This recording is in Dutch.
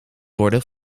worden